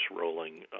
rolling